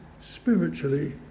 spiritually